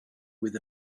with